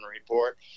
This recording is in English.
Report